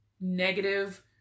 negative